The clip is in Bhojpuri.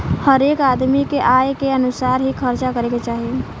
हरेक आदमी के आय के अनुसार ही खर्चा करे के चाही